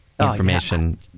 information